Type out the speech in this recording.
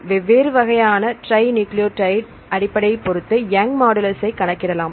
வெவ்வேறு வகையான trinucleotide அடிப்படை பொருத்து யங்ஸ் மாடுலஸ் Young's modulus ஐ கணக்கிடலாம்